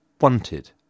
wanted